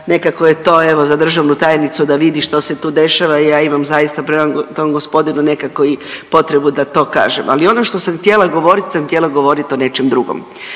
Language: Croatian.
nekako je to evo za državnu tajnicu da vidi što se tu dešava, ja imam zaista prema tom gospodinu nekako i potrebu da to kažem. Ali ono što sam htjela govorit sam htjela govorit o nečem drugom.